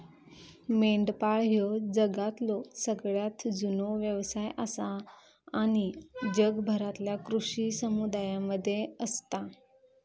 मेंढपाळ ह्यो जगातलो सगळ्यात जुनो व्यवसाय आसा आणि जगभरातल्या कृषी समुदायांमध्ये असता